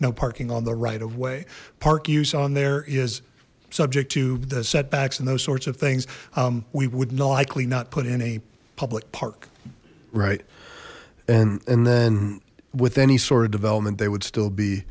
no parking on the right of way park use on there is subject to the setbacks and those sorts of things we would not likely not put in a public park right and and then with any sort of development they would still be